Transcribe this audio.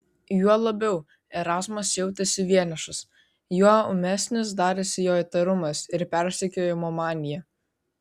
juo labiau erazmas jautėsi vienišas juo ūmesnis darėsi jo įtarumas ir persekiojimo manija